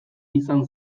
izan